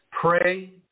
Pray